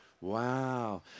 Wow